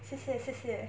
谢谢谢谢